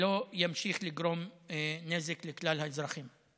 שלא ימשיך לגרום נזק לכלל האזרחים.